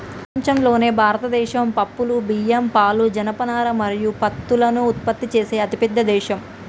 ప్రపంచంలోనే భారతదేశం పప్పులు, బియ్యం, పాలు, జనపనార మరియు పత్తులను ఉత్పత్తి చేసే అతిపెద్ద దేశం